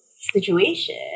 situation